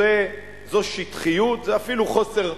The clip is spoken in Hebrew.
זאת שטחיות, זה אפילו חוסר אחריות,